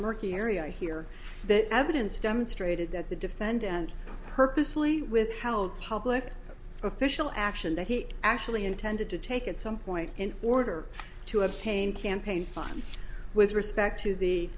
murky area here that evidence demonstrated that the defendant purposely withheld public official action that he actually intended to take at some point in order to obtain campaign funds with respect to the